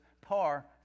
par